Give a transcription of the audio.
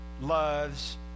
loves